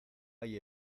hay